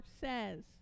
says